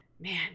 Man